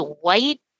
white